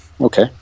Okay